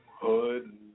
hood